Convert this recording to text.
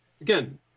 again